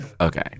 Okay